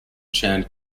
chand